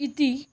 इति